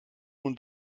nun